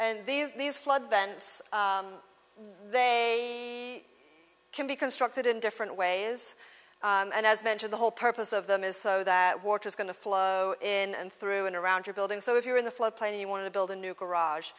and these these flood vents they can be constructed in different ways and as mentioned the whole purpose of them is so that water is going to flow in and through and around your building so if you're in the floodplain you want to build a new khara